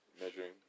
measuring